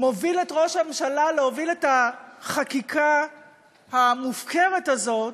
מוביל את ראש הממשלה להוביל את החקיקה המופקרת הזאת